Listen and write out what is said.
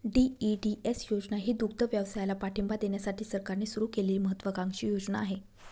DEDS योजना ही दुग्धव्यवसायाला पाठिंबा देण्यासाठी सरकारने सुरू केलेली महत्त्वाकांक्षी योजना आहे